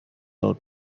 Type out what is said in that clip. del